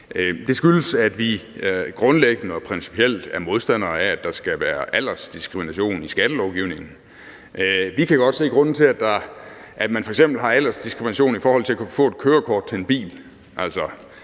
Det skyldes, at vi grundlæggende og principielt er modstandere af, at der skal være aldersdiskrimination i skattelovgivningen. Vi kan godt se grunden til, at man f.eks. har aldersdiskrimination i forhold til at kunne få et kørekort til en bil: